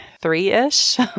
three-ish